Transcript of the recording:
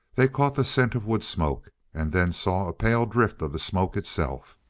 they caught the scent of wood smoke, and then saw a pale drift of the smoke itself.